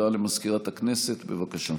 הודעה למזכירת הכנסת, בבקשה.